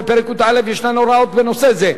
בפרק י"א ישנן הוראות בנושא זה.